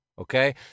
okay